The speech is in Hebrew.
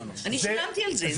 אני שילמתי על זה.